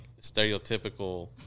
stereotypical